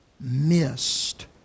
missed